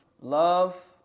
love